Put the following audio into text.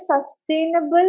sustainable